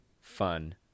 fun